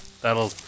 that'll